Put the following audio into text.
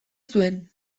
zuen